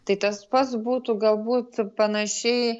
tai tas pats būtų galbūt panašiai